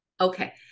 Okay